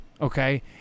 okay